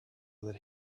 that